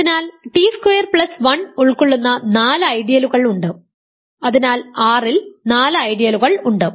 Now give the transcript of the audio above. അതിനാൽ T square plus 1 ഉൾക്കൊള്ളുന്ന നാല് ഐഡിയലുകൾ ഉണ്ട് അതിനാൽ R ൽ നാല് ഐഡിയലുകൾ ഉണ്ട്